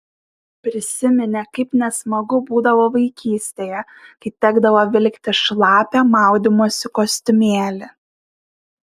prisiminė kaip nesmagu būdavo vaikystėje kai tekdavo vilktis šlapią maudymosi kostiumėlį